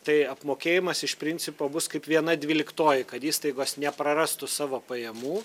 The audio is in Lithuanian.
tai apmokėjimas iš principo bus kaip viena dvyliktoji kad įstaigos neprarastų savo pajamų